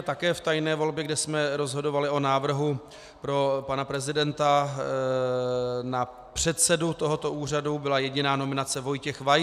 také v tajné volbě, kde jsme rozhodovali o návrhu pro pana prezidenta, na předsedu tohoto úřadu byla jediná nominace Vojtěch Weis.